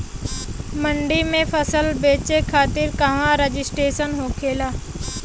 मंडी में फसल बेचे खातिर कहवा रजिस्ट्रेशन होखेला?